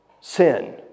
sin